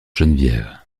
geneviève